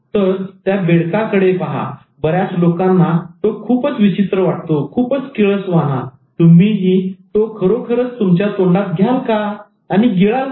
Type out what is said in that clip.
तर त्या बेडका कडे पहा बऱ्याच लोकांना तो खूपच विचित्र वाटतो खूपच किळसवाणा तुम्ही ही तो खरोखरच तुमच्या तोंडात घ्याल का आणि गिळाल का